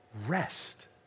Rest